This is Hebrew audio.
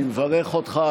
אני מברך אותך.